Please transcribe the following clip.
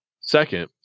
Second